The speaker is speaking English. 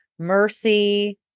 mercy